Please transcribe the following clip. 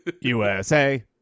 USA